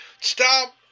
Stop